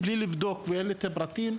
לי אין פרטים,